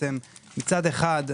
מצד אחד,